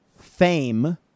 fame